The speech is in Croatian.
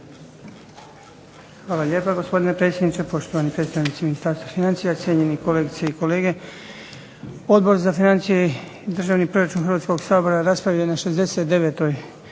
Hvala lijepa, gospodine predsjedniče. Poštovani predstavnici Ministarstva financija, cijenjeni kolegice i kolege. Odbor za financije i državni proračun Hrvatskoga sabora raspravio je na 69. sjednici